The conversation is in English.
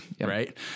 Right